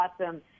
awesome